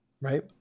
right